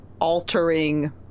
altering